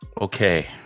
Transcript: Okay